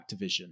Activision